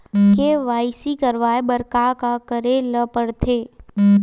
KYC करवाय बर का का करे ल पड़थे?